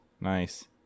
Nice